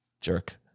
Jerk